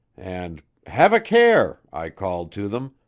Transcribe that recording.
and have a care i called to them,